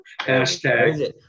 Hashtag